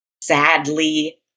sadly